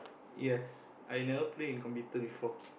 yes I never play in computer before